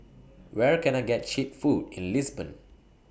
Where Can I get Cheap Food in Lisbon